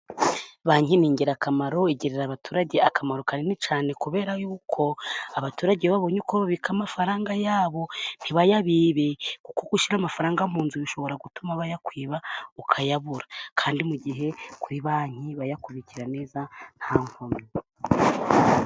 Banki ni ingirakamaro igirira abaturage akamaro kanini cyane kubera yuko abaturage iyo babonye uko babika amafaranga yabo , ntibayabibe , kuko ushyira amafaranga mu nzu bishobora gutuma bayakwiba , ukayabura. Kandi mu gihe kuri Banki bayakubikira neza nta nkomyi.